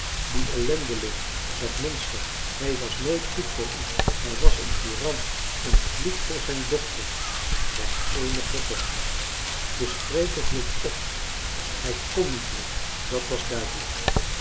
die ellendeling dat monster hij was nooit goed voor u hij was een tiran een vloek voor zijn dochter zijn eenige dochter de spreker hield op hij kon niet meer dat was duidelijk